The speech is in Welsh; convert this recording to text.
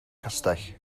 castell